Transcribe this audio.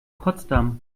potsdam